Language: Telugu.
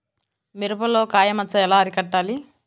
మిరపలో కాయ మచ్చ ఎలా అరికట్టాలి?